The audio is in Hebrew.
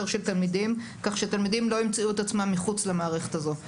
של תלמידים כך שתלמידים לא ימצאו את עצמם מחוץ למערכת הזו.